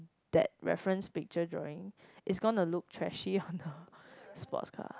that reference picture drawing it's gonna look trashy on a sports car